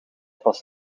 pas